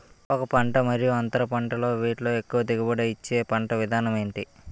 ఒక పంట మరియు అంతర పంట వీటిలో ఎక్కువ దిగుబడి ఇచ్చే పంట విధానం ఏంటి?